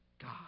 God